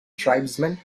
tribesmen